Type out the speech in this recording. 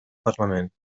parlament